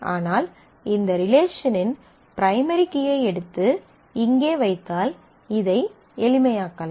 ஆனால் இந்த ரிலேஷனின் பிரைமரி கீயை எடுத்து இங்கே வைத்தால் இதை எளிமையாக்கலாம்